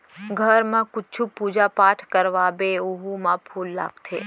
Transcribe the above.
घर म कुछु पूजा पाठ करवाबे ओहू म फूल लागथे